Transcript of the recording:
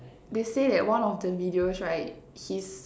they say that one of the videos right his